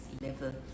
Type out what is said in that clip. level